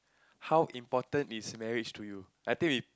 how important is marriage to you I think we